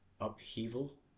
upheaval